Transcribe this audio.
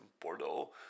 Bordeaux